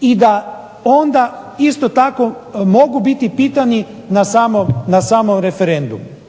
i da onda isto tako mogu biti pitani na samom referendumu.